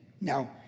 Now